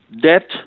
debt